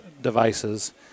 devices